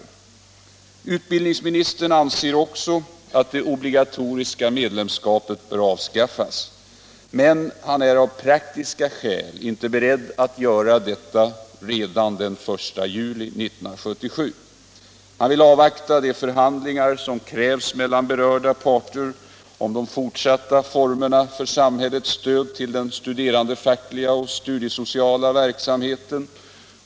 Utbildningsministern anser också att det obligatoriska medlemskapet bör avskaffas men är av praktiska skäl inte beredd att göra detta redan den 1 juli 1977. Han vill avvakta de förhandlingar som krävs mellan berörda parter om de fortsatta formerna för samhällets stöd till den studerandefackliga och studiesociala verksamheten.